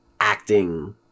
acting